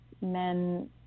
men